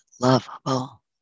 lovable